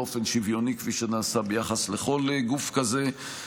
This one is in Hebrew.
באופן שוויוני כפי שנעשה ביחס לכל גוף כזה.